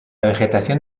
vegetación